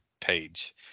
page